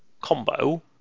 combo